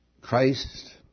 Christ